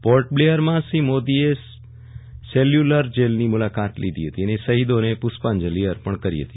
પોર્ટબ્લેરમાં શ્રી મોદીએ સેલ્યુલર જેલની મુલાકાત લીધી અને શહીદોને પુષ્પાંજલિ અર્પણ કરી હતી